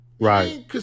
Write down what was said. Right